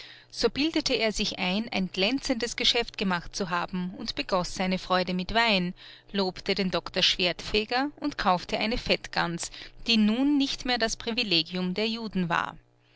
so bildete er sich ein ein glänzendes geschäft gemacht zu haben und begoß seine freude mit wein lobte den doktor schwertfeger und kaufte eine fettgans die nun nicht mehr das privilegium der juden war